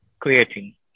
creating